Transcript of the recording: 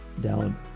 down